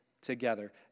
together